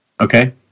okay